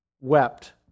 wept